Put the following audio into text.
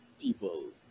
people